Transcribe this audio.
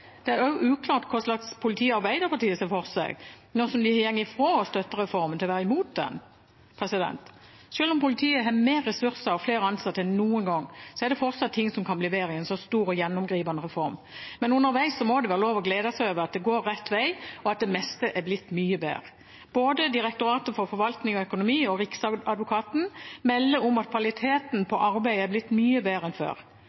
Det er også uklart hva slags politi Arbeiderpartiet ser for seg, nå som de har gått fra å støtte reformen til å være imot den. Selv om politiet har mer ressurser og flere ansatte enn noen gang, er det fortsatt ting som kan bli bedre i en så stor og gjennomgripende reform, men underveis må det være lov å glede seg over at det går rett vei, og at det meste er blitt mye bedre. Både Direktoratet for forvaltning og økonomistyring og Riksadvokaten melder om at kvaliteten på arbeidet er blitt mye bedre enn før.